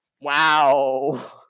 wow